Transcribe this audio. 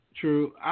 true